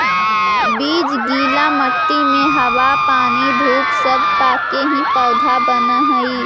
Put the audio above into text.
बीज गीला मट्टी में हवा पानी धूप सब पाके ही पौधा बनऽ हइ